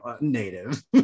native